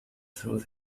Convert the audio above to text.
through